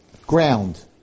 ground